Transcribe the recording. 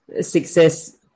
success